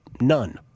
none